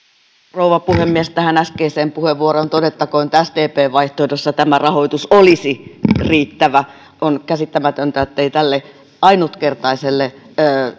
rouva puhemies tähän äskeiseen puheenvuoroon todettakoon että sdpn vaihtoehdossa tämä rahoitus olisi riittävä on käsittämätöntä ettei tälle ainutkertaiselle